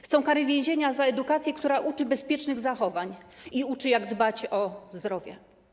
Chcą kary więzienia za edukację, która uczy bezpiecznych zachowań i uczy, jak dbać o zdrowie.